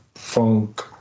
funk